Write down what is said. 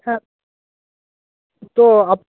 হ্যাঁ কিটো